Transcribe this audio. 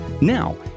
Now